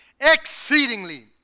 exceedingly